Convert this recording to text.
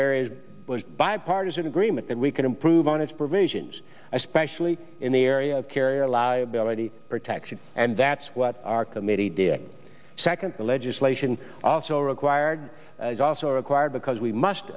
there is bipartisan agreement that we can improve on its provisions especially in the area of carrier law ability protection and that's what our committee did second the legislation also required is also required because we must